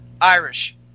Irish